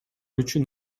үчүн